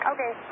Okay